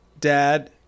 dad